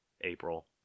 April